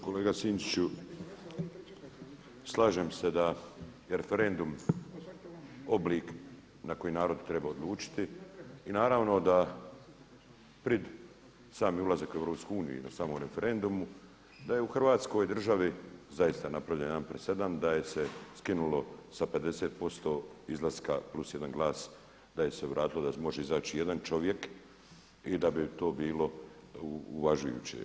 Kolega Sinčiću, slažem se da je referendum oblik na koji narod treba odlučiti i naravno da pred sami ulazak u EU i na samom referendumu da je u Hrvatskoj državi zaista napravljen jedan presedan da je se skinulo sa 50% izlaska plus jedan glas da je se vratilo da može izaći jedan čovjek i da bi to bilo uvažujuće.